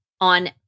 on